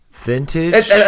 Vintage